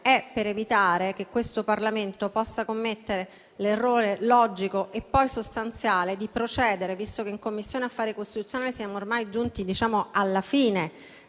per evitare che questo Parlamento possa commettere un errore logico e poi sostanziale. Visto che in Commissione affari costituzionali siamo ormai giunti alla fine